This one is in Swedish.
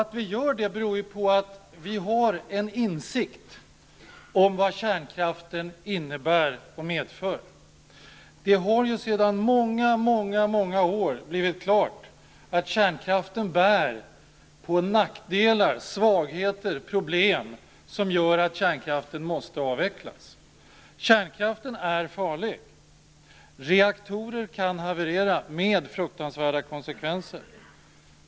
Att vi gör detta beror på att vi har en insikt om vad kärnkraften innebär och medför. Det har sedan många år stått klart att kärnkraften bär på nackdelar, svagheter och problem som gör att den måste avvecklas. Kärnkraften är farlig. Reaktorer kan haverera, med fruktansvärda konsekvenser.